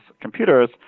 computers